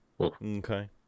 okay